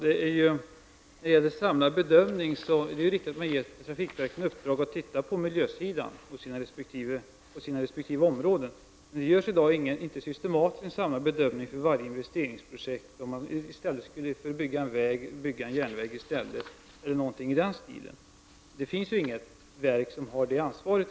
Fru talman! Det är riktigt att trafikverken har fått i uppdrag att se över miljön inom sina resp. områden. Men det görs i dag inte någon systematisk samlad bedömning för varje investeringsprojekt. Man överväger t.ex. inte om det skulle vara bättre att bygga en järnväg i stället för en väg. Inget verk har i dag det ansvaret.